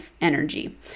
energy